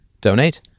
Donate